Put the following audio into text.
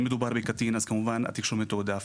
אם מדובר בקטין אז כמובן התיק שלו מתועדף.